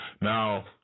Now